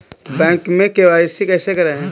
Bank में KYC कैसे करायें?